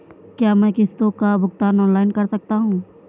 क्या मैं किश्तों का भुगतान ऑनलाइन कर सकता हूँ?